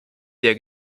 der